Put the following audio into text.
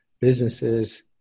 businesses